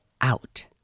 out